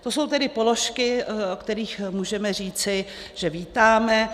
To jsou tedy položky, o kterých můžeme říci, že vítáme.